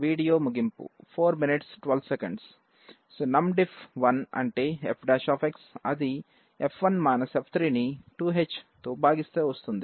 video ముగింపు 0412 numDiff1 అంటే f అది f1 f3 ని 2h తో భాగిస్తే వస్తుంది